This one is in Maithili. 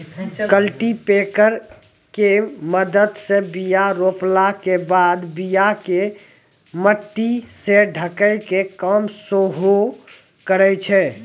कल्टीपैकर के मदत से बीया रोपला के बाद बीया के मट्टी से ढकै के काम सेहो करै छै